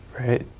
Right